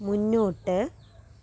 മുന്നോട്ട്